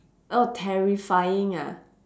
oh terrifying ah